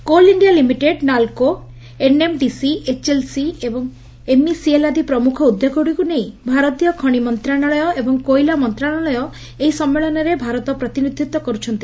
coal India limited NALCO NMDC HCL MECL ଆଦି ପ୍ରମୁଖ ଉଦ୍ୟୋଗଗୁଡ଼ିକୁ ନେଇ ଭାରତୀୟ ଖଣି ମନ୍ତାଳୟ ଏବଂ କୋଇଲା ମନ୍ତାଳୟ ଏହି ସମ୍ମେଳନରେ ଭାରତର ପ୍ରତିନିଧିତ୍ୱ କରୁଛନ୍ତି